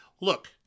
Look